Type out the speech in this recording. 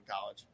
college